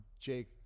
Jake